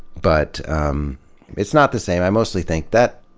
but um it's not the same. i mostly think, that,